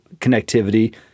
connectivity